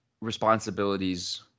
responsibilities